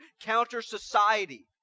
counter-society